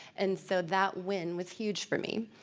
and so that win was huge for me.